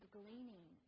gleaning